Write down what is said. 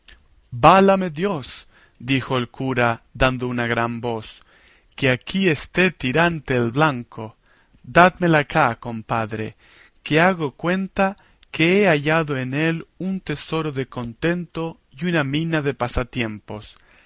válame dios dijo el cura dando una gran voz que aquí esté tirante el blanco dádmele acá compadre que hago cuenta que he hallado en él un tesoro de contento y una mina de pasatiempos